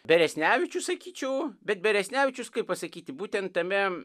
beresnevičius sakyčiau bet beresnevičius kaip pasakyti būtent tame